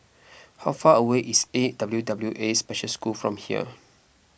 how far away is A W W A Special School from here